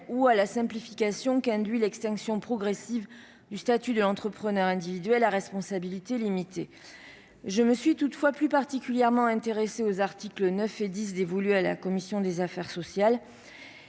ou à la simplification qu'induit l'extinction progressive du statut de l'entrepreneur individuel à responsabilité limitée. Je me suis plus particulièrement intéressée aux articles 9 et 10, délégués au fond à la commission des affaires sociales.